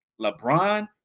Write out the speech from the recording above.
LeBron